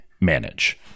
manage